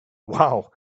wow